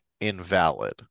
invalid